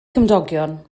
cymdogion